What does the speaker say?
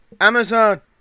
Amazon